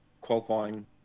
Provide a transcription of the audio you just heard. Qualifying